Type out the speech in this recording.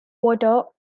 water